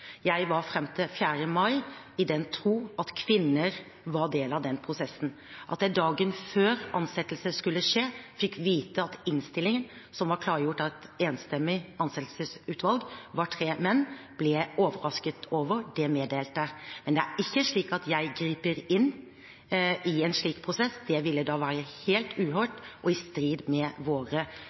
Jeg var fram til 4. mai i den tro at kvinner var del av den prosessen. At jeg dagen før ansettelse skulle skje, fikk vite at innstillingen som var klargjort av et enstemmig ansettelsesutvalg, var tre menn, ble jeg overrasket over. Det meddelte jeg. Men det er ikke slik at jeg griper inn i en slik prosess. Det ville være helt uhørt og i strid med våre